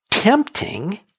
Tempting